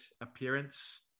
appearance